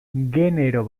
genero